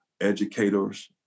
educators